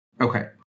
Okay